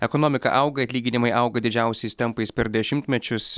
ekonomika auga atlyginimai auga didžiausiais tempais per dešimtmečius